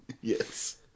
Yes